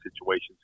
situations